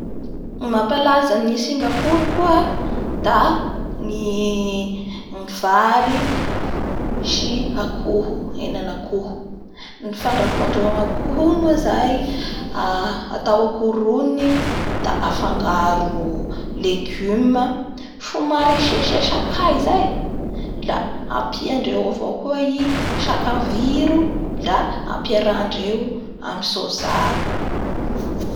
Ny mampalaza ny Signapoury koa da ny vary sy akoho-henan'akoho. Ny fandrahoandreo a koho io moa zay da atao akoho ronony da afangaro legume, somary asiasia sakay zay! La apiandreo avao koa i sakaviro da ampiarahandreo amin'ny soja